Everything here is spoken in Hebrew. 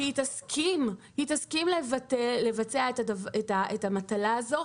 יכול להיות שהיא תסכים לבצע את המטלה הזו,